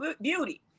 Beauty